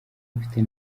mfite